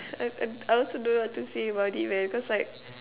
I I I also don't know what to say about it man cause like